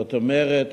זאת אומרת,